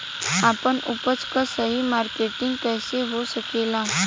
आपन उपज क सही मार्केटिंग कइसे हो सकेला?